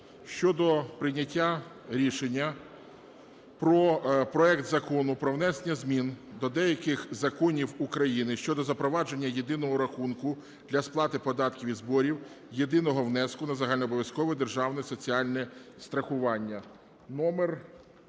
щодо прийняття рішення про проект Закону про внесення змін до деяких законів України щодо запровадження єдиного рахунку для сплати податків і зборів, єдиного внеску на загальнообов'язкове державне соціальне страхування номер…